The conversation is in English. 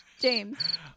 James